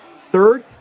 Third